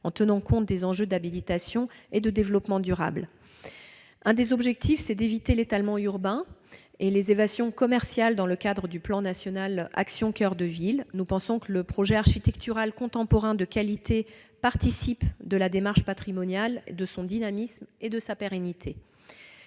en tenant compte des enjeux d'habitabilité et de développement durable. L'un des objectifs est d'éviter l'étalement urbain et les évasions commerciales, dans le cadre du plan national « Action coeur de ville ». Nous pensons que le projet architectural contemporain de qualité participe de la démarche patrimoniale, de son dynamisme et de sa pérennité.